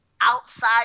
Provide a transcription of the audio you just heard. outside